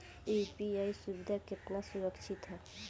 UPI सुविधा केतना सुरक्षित ह?